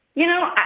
you know,